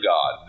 God